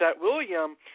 William